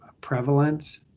prevalent